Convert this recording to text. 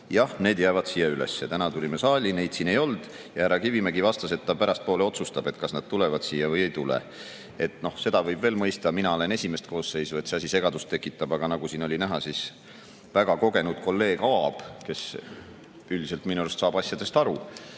jah, need jäävad siia üles. Täna tulime saali, neid siin ei olnud ja härra Kivimägi vastas, et ta pärastpoole otsustab, kas need tulevad siia või ei tule. Seda võib veel mõista, et kuna mina olen siin esimest koosseisu, tekitab see asi minus segadust, aga nagu oli näha, siis väga kogenud kolleeg Aab, kes üldiselt minu arust saab asjadest aru,